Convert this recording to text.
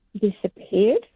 disappeared